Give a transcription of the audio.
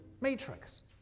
matrix